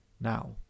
now